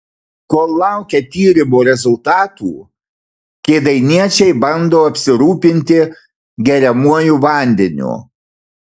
kol laukia tyrimo rezultatų kėdainiečiai bando apsirūpinti geriamuoju vandeniu